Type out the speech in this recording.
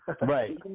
Right